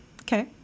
Okay